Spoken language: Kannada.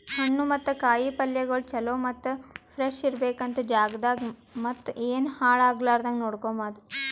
ಹಣ್ಣು ಮತ್ತ ಕಾಯಿ ಪಲ್ಯಗೊಳ್ ಚಲೋ ಮತ್ತ ಫ್ರೆಶ್ ಇರ್ಬೇಕು ಅಂತ್ ಜಾಗದಾಗ್ ಮತ್ತ ಏನು ಹಾಳ್ ಆಗಲಾರದಂಗ ನೋಡ್ಕೋಮದ್